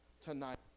tonight